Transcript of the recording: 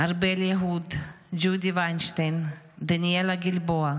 ארבל יהוד, ג'ודי ויינשטיין, דניאל גלבוע,